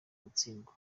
gutsindwa